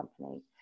company